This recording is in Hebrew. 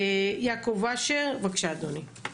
יעקב אשר, בבקשה אדוני.